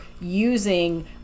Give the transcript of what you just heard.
using